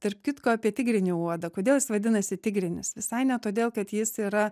tarp kitko apie tigrinį uodą kodėl jis vadinasi tigrinis visai ne todėl kad jis yra